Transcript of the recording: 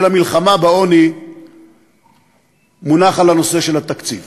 של המלחמה בעוני מונחים על הנושא של התקציב.